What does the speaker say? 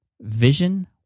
vision